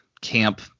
camp